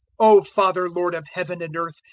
o father, lord of heaven and earth,